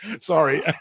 sorry